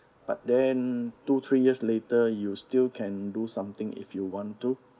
but then two three years later you still can do something if you want to